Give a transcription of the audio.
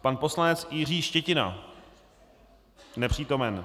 Pan poslanec Jiří Štětina: Nepřítomen.